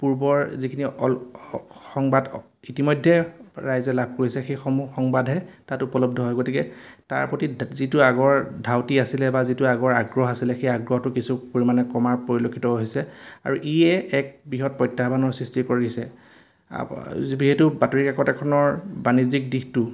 পূৰ্বৰ যিখিনি সংবাদ ইতিমধ্যে ৰাইজে লাভ কৰিছে সেইসমূহ সংবাদহে তাত উপলব্ধ হয় গতিকে তাৰ প্ৰতি যিটো আগৰ ধাউতি আছিলে বা যিটো আগৰ আগ্ৰহ আছিলে সেই আগ্ৰহটো কিছু পৰিমাণে কমাৰ পৰিলক্ষিত হৈছে আৰু ইয়ে এক বৃহৎ প্ৰত্যাহ্বানৰ সৃষ্টি কৰিছে যিহেতু বাতৰি কাকত এখনৰ বাণিজ্যিক দিশটো